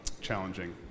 challenging